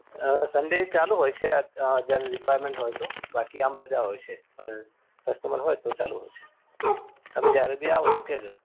Sunday ચાલું હોય છે જ્યારે રિક્વાયરમેન્ટ હોય તો બાકી આમ રજા હોય છે અને કસ્ટમર હોય તો ચાલું હોય છે તમે જ્યારે બી આવો તો કહેજો